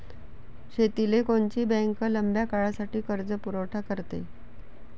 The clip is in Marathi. शेतीले कोनची बँक लंब्या काळासाठी कर्जपुरवठा करते?